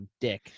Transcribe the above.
dick